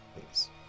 Please